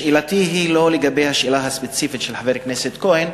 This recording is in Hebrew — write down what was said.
שאלתי היא לא לגבי השאלה הספציפית של חבר הכנסת כהן.